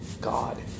God